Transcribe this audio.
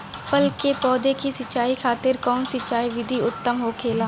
फल के पौधो के सिंचाई खातिर कउन सिंचाई विधि उत्तम होखेला?